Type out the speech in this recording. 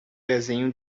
desenho